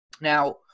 Now